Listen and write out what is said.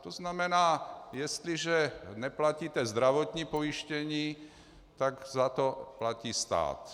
To znamená, jestliže neplatíte zdravotní pojištění, tak za to platí stát.